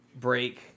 break